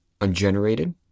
ungenerated